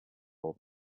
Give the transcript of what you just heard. all